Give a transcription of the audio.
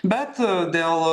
bet dėl